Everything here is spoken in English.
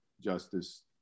justice